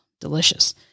delicious